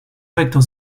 vector